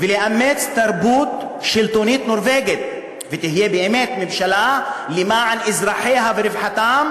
תאמץ תרבות שלטונית נורבגית ותהיה באמת ממשלה למען אזרחיה ורווחתם,